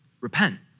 repent